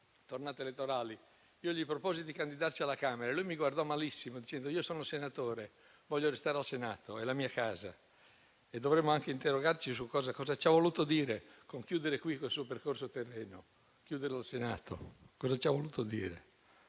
tornate elettorali, gli proposi di candidarsi alla Camera e lui mi guardò malissimo dicendo: io sono senatore e voglio restare al Senato, che è la mia casa. Dovremmo anche interrogarci su cosa abbia voluto dire con "chiudere qui col suo percorso terreno", chiuderlo al Senato. Cosa ci ha voluto dire?